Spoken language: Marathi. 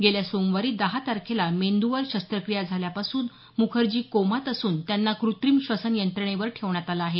गेल्या सोमवारी दहा तारखेला मेंद्वर शस्त्रक्रिया झाल्यापासून मुखर्जी कोमात असून त्यांना कृत्रीम श्वसन यंत्रणेवर ठेवण्यात आलं आहे